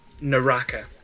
Naraka